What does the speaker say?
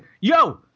Yo